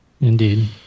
Indeed